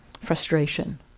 frustration